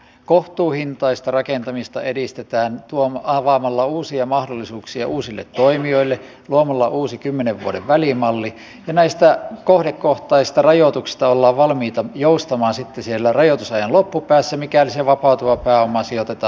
kohtuuhintaista rakentamista edistetään avaamalla uusia mahdollisuuksia uusille toimijoille luomalla uusi kymmenen vuoden välimalli ja näistä kohdekohtaisista rajoituksista ollaan valmiita joustamaan sitten siellä rajoitusajan loppupäässä mikäli se vapautuva pääoma sijoitetaan uuteen tuotantoon